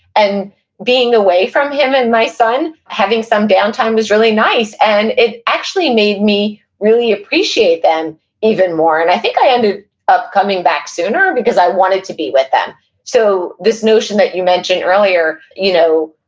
and being away from him and my son, having some down time was really nice. and it actually made me really appreciate them even more, and i think i ended up coming back sooner, because i wanted to be with them so this notion that you mentioned earlier, you know,